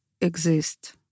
exist